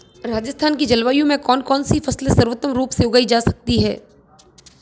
राजस्थान की जलवायु में कौन कौनसी फसलें सर्वोत्तम रूप से उगाई जा सकती हैं?